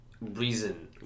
reason